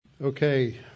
Okay